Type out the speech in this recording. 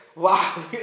Wow